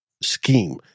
scheme